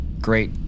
great